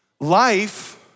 Life